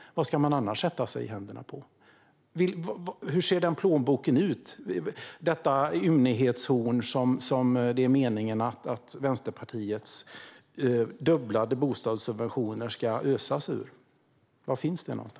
Vad ska man annars sätta sig i händerna på? Hur ser den plånboken ut, detta ymnighetshorn som det är meningen att Vänsterpartiets dubblade bostadssubventioner ska ösas ur? Var finns detta?